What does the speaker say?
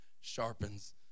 sharpens